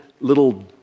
little